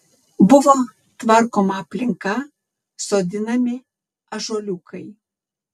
buvo tvarkoma aplinka sodinami ąžuoliukai